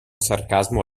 sarcasmo